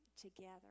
together